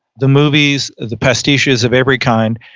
the movies, the past issues of every kind.